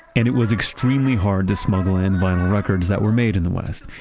and it was extremely hard to smuggle in vinyl records that were made in the west,